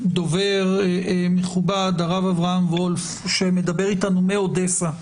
דובר מכובד, הרב אברהם וולף, שמדבר איתנו מאודסה,